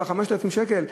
ב-5,000 שקל,